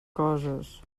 coses